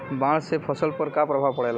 बाढ़ से फसल पर क्या प्रभाव पड़ेला?